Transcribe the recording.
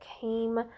came